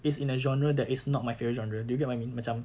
is in a genre that is not my favourite genre do you get what I mean macam